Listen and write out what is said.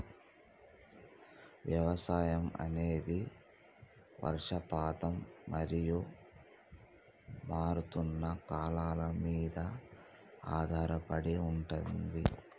వ్యవసాయం అనేది వర్షపాతం మరియు మారుతున్న కాలాల మీద ఆధారపడి ఉంటది